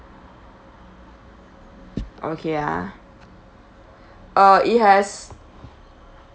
okay ah uh it has